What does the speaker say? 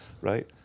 right